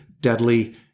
deadly